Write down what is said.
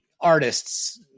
artists